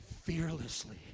fearlessly